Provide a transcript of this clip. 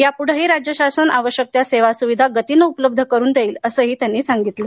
यापुढेही राज्य शासन आवश्यक त्या सेवा सुविधा गतीने उपलब्ध करुन देईल असेही त्यांनी सांगितले